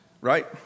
right